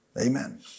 Amen